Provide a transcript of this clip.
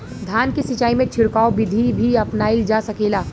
धान के सिचाई में छिड़काव बिधि भी अपनाइल जा सकेला?